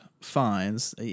finds